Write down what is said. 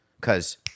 Cause